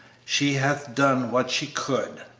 she hath done what she could